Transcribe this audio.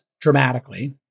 dramatically